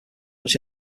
much